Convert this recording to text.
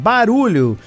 Barulho